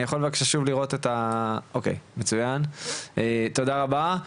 תודה רבה.